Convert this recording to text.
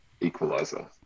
equalizer